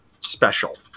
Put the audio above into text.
special